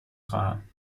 خواهم